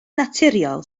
naturiol